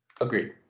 Agreed